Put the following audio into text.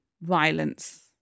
violence